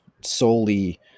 solely